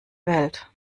welt